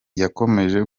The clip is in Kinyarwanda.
yakomeje